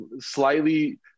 slightly –